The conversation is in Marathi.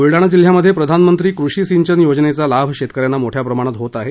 बुलडाणा जिल्ह्यामध्ये प्रधानमंत्री कृषी सिंचन योजनेचा लाभ शेतकऱ्यांना मोठ्या प्रमाणात होत आहे